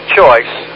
choice